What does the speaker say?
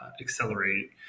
accelerate